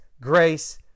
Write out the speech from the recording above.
grace